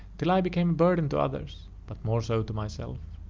till i became a burden to others, but more so to myself.